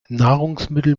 nahrungsmittel